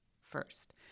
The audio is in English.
first